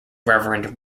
reverend